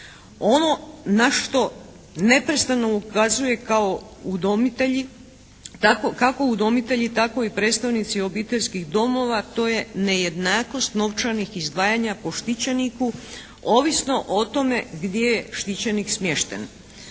Ono na što neprestano ukazuje kako udomitelji tako i predstavnici obiteljskih domova to je nejednakost novčanih izdvajanja po štićeniku ovisno o tome gdje je štićenik smješten.